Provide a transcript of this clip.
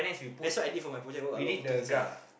that's what I did for my project work a lot photos inside lah